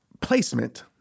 placement